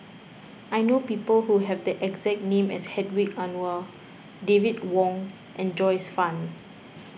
I know people who have the exact name as Hedwig Anuar David Wong and Joyce Fan